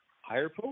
higher